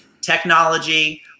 technology